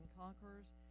Conquerors